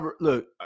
look